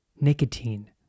nicotine